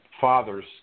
fathers